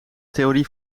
theorie